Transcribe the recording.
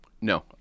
No